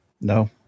No